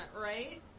right